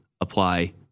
apply